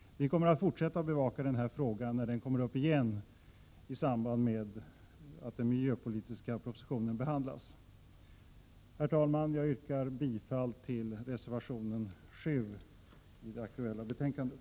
Vi kommer att fortsätta att bevaka denna fråga när den kommer upp igeni samband med att den miljöpolitiska propositionen behandlas. Herr talman! Jag yrkar bifall till reservation 7 i det aktuella betänkandet.